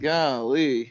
Golly